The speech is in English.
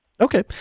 Okay